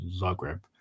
Zagreb